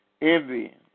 envy